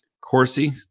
Corsi